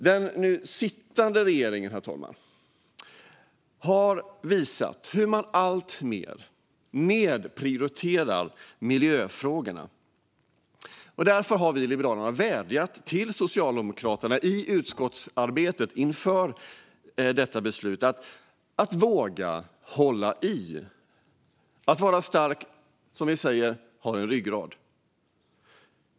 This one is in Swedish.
Den sittande regeringen har visat hur den alltmer nedprioriterar miljöfrågorna. Därför har Liberalerna i utskottsarbetet inför detta beslut vädjat till Socialdemokraterna att de ska våga hålla i, vara starka och, som vi säger, ha en ryggrad.